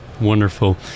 Wonderful